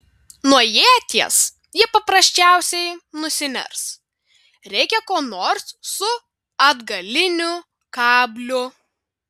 nuo ieties ji paprasčiausiai nusiners reikia ko nors su atgaliniu kabliu